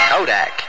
Kodak